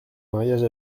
mariage